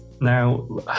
Now